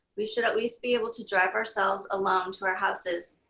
we should at least be able to drive ourselves alone to our houses